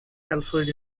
alfred